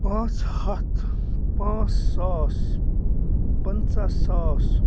پانٛژھ ہَتھ پانٛژھ ساس پَنژاہ ساس